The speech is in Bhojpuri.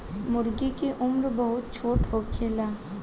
मूर्गी के उम्र बहुत छोट होखेला